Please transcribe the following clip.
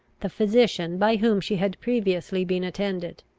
the physician by whom she had previously been attended.